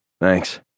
Thanks